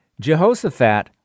Jehoshaphat